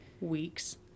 weeks